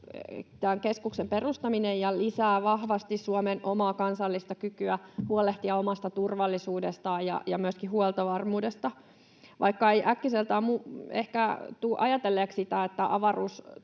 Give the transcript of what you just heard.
keskuksen perustaminen ja se lisää vahvasti Suomen omaa kansallista kykyä huolehtia omasta turvallisuudestaan ja myöskin huoltovarmuudesta. Vaikka ei äkkiseltään ehkä tule ajatelleeksi,